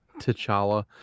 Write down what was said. T'Challa